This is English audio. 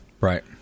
right